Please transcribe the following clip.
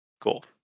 cool